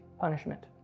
punishment